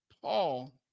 Paul